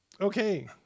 Okay